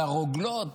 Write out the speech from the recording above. על הרוגלות